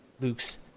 Luke's